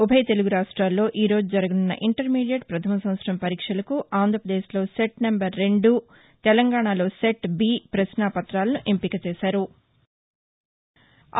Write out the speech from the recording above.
ఉభయ తెలుగు రాష్ట్రాల్లో ఈ రోజు జరగనున్న ఇంటర్మీడియట్ ప్రధమ సంవత్సరం పరీక్షలకు ఆంధ్రప్రదేశ్లో సెట్ నెంబర్ రెండు తెలంగాణలో సెట్ బి ప్రపశ్నా ప్రతాలను ఎంపిక చేశారు